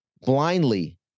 blindly